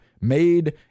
made